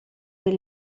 per